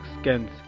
scans